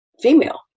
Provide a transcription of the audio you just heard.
female